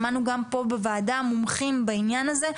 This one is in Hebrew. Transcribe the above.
שמענו גם פה בוועדה מומחים בעניין הזה,